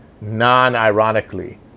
non-ironically